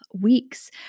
weeks